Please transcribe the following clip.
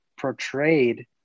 portrayed